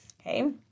Okay